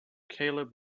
caleb